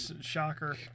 shocker